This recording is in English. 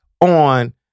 On